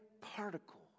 particle